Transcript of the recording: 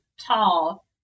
tall